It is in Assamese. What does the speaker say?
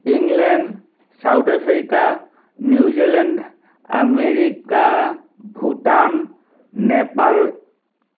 England South Africa New Zealand America Bhutan Nepal